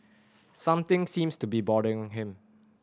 something seems to be bothering him